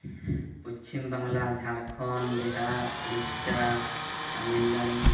Paschim Bangla Jharkhand Bihar Odisha Tamil Nadu